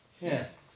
yes